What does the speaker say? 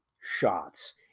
shots